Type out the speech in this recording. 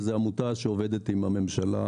זאת עמותה שעובדת עם הממשלה